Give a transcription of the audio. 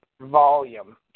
volume